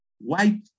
white